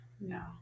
no